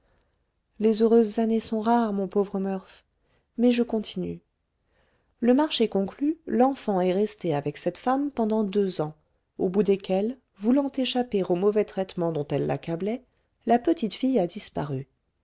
les heureuses années sont rares mon pauvre murph mais je continue le marché conclu l'enfant est resté avec cette femme pendant deux ans au bout desquels voulant échapper aux mauvais traitements dont elle l'accablait la petite fille a disparu